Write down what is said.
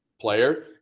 player